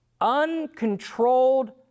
uncontrolled